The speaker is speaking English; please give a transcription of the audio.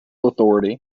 authority